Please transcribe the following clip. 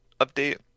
update